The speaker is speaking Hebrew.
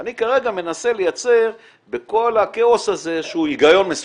אני כרגע מנסה לייצר בכל הכאוס הזה איזה שהוא היגיון מסוים.